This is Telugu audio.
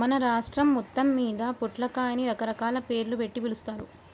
మన రాష్ట్రం మొత్తమ్మీద పొట్లకాయని రకరకాల పేర్లుబెట్టి పిలుస్తారు